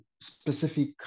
specific